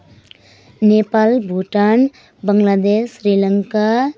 Nepal Bhutan Bangladesh Sri Lanka